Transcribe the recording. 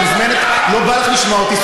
את מוזמנת, לא בא לך לשמוע אותי?